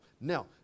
Now